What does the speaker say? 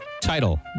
Title